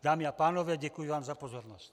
Dámy a pánové, děkuji vám za pozornost.